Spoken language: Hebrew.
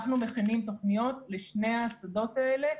אנחנו מכינים תוכניות לשני השדות האלה.